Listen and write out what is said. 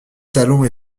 salons